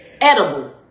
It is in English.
edible